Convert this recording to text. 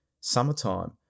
summertime